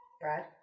Brad